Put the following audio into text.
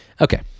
okay